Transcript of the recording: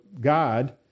God